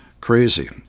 Crazy